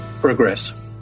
progress